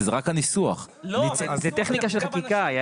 זה רק הניסוח זאת טכניקה של חקיקה.